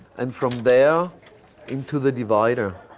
and from there into the divider.